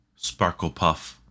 Sparklepuff